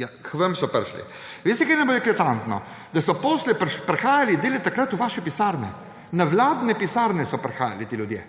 Ja, k vam so prišli. Veste, kaj je najbolj eklatantno? Da so posle prihajali delati takrat v vaše pisarne, v vladne pisarne so prihajali ti ljudje.